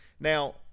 Now